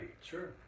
sure